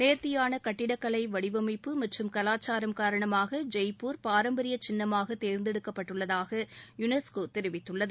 நேர்த்தியான கட்டிடக்கலை வடிவமைப்பு மற்றும் கலாச்சாரம் காரணமாக ஜெய்ப்பூர் பாரம்பரிய சின்னமாக தேர்ந்தெடுக்கப்பட்டுள்ளதாக யுனெஸ்கோ தெரிவித்துள்ளது